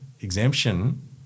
exemption